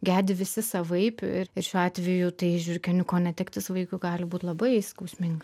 gedi visi savaip ir ir šiuo atveju tai žiurkėniuko netektis vaikui gali būt labai skausminga